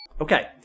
Okay